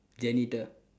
janitor